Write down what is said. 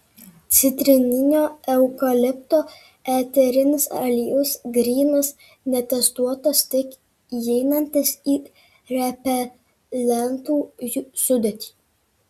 citrininio eukalipto eterinis aliejus grynas netestuotas tik įeinantis į repelentų sudėtį